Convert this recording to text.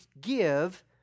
give